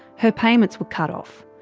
her payments were cut off.